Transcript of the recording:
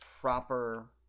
proper